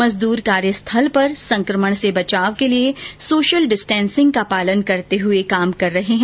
मजदूर कार्यस्थल पर संकमण से बचाव के लिए सोशल डिस्टेसिंग का पालन करते हुए काम कर रहे है